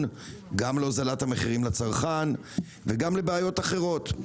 גם להוזלת המחיר לצרכן וגם לבעיות אחרות,